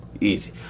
Easy